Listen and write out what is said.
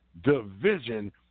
division